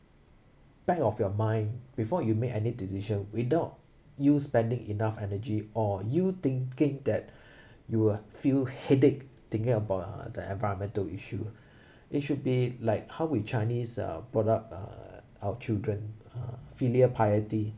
back of your mind before you make any decision without you spending enough energy or you thinking that you will feel headache thinking about uh the environmental issue it should be like how we chinese uh brought up uh our children uh filial piety